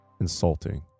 insulting